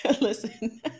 listen